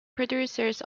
producers